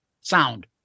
Sound